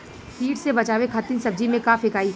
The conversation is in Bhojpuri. कीट से बचावे खातिन सब्जी में का फेकाई?